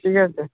ঠিক আছে